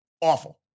Awful